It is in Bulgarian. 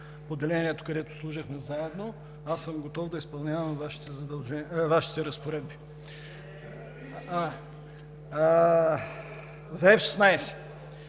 поделението, където служихме заедно. Аз съм готов да изпълнявам Вашите разпоредби. (Шум